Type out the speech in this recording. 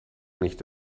nicht